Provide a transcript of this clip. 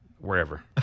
Wherever